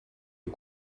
les